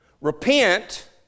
repent